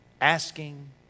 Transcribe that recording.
asking